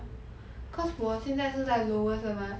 cause 我现在是在 lowest 的 mah